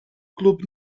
glwb